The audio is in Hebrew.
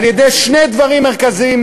על-ידי שני דברים מרכזיים,